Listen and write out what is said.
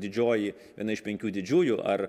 didžioji viena iš penkių didžiųjų ar